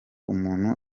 umuntu